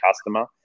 customer